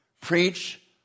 preach